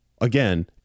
again